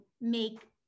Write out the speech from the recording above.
make